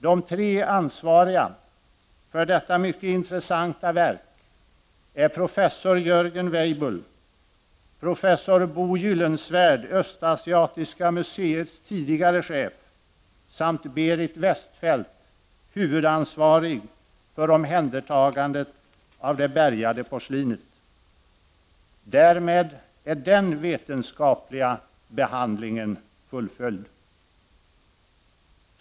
De tre ansvariga för detta mycket intressanta verk är professor Jörgen Weibull, professor Bo Gyllensvärd, östasiatiska museets tidigare chef, samt Berit Wästfelt, huvudansvarig för omhändertagandet av det bärgade proslinet. Därmed är den vetenskapliga behandlingen fullföljd.